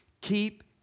Keep